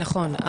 נכון.